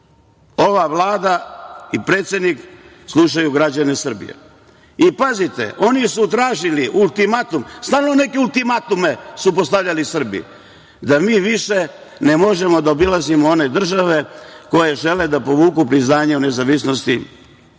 Ova Vlada i predsednik slušaju građane Srbije. Pazite, oni su tražili ultimatum, stalno neke ultimatume su postavljali Srbiji - da mi više ne možemo da obilazimo one države koje žele da povuku priznanje o nezavisnosti